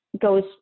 goes